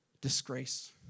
disgrace